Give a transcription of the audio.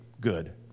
good